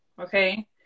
okay